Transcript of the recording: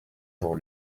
pour